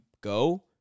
go